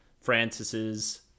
Francis's